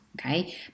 Okay